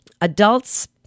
Adults